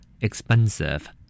Expensive